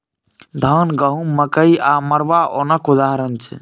धान, गहुँम, मकइ आ मरुआ ओनक उदाहरण छै